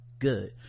good